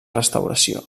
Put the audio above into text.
restauració